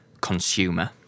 consumer